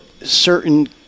certain